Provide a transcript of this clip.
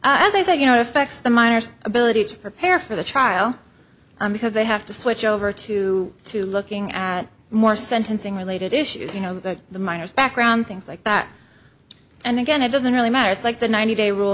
said you know effects the miners ability to prepare for the trial because they have to switch over to to looking at more sentencing related issues you know the minors background things like that and again it doesn't really matter it's like the ninety day rule